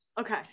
Okay